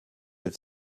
have